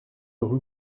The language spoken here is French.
rue